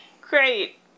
Great